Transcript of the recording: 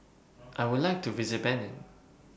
I Would like to visit Benin